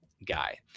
guy